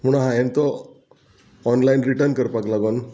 म्हुणू हांवें तो ऑनलायन रिटन करपाक लागोन